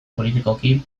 politikoki